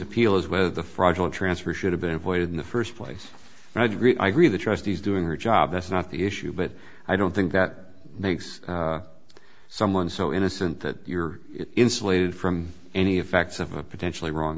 appeal is whether the fraudulent transfer should have been avoided in the first place of the trustees doing her job that's not the issue but i don't think that makes someone so innocent that you're insulated from any effects of a potentially wrong